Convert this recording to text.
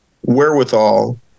wherewithal